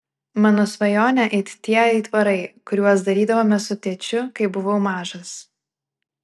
mano svajonė it tie aitvarai kuriuos darydavome su tėčiu kai buvau mažas